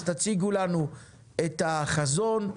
אז תציגו לנו את החזון,